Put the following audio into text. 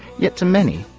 yet to many,